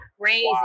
crazy